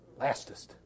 Lastest